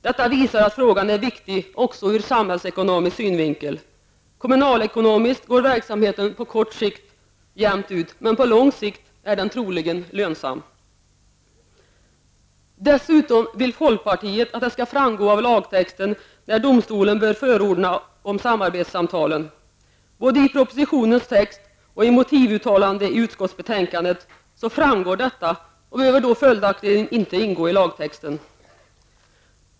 Detta visar att frågan är viktig också ur samhällsekonomisk synvinkel. Kommunalekonomiskt går verksamheten på kort sikt jämnt ut, men på lång sikt är den troligen lönsam. Dessutom vill folkpartiet att det skall framgå av lagtexten när domstolen bör förordna om samarbetssamtal. Både i propositionens text och i motivuttalanden i utskottsbetänkandet framgår detta och behöver följakligen inte ingå i lagtexten.